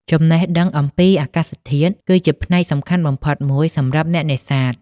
ចំណេះដឹងអំពីអាកាសធាតុគឺជាផ្នែកសំខាន់បំផុតមួយសម្រាប់អ្នកនេសាទ។